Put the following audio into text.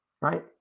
right